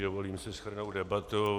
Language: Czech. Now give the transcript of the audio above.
Dovolím si shrnout debatu.